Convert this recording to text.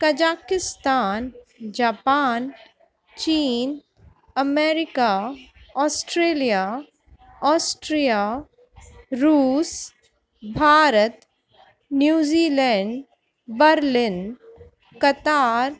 Kazakhstan Pakistan चीन America Australia Austria रूस Bharat New Zealand Berlin कतार